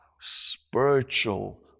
spiritual